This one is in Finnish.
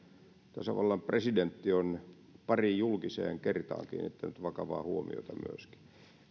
tasavallan presidentti on pariin julkiseen kertaan kiinnittänyt vakavaa huomiota myöskin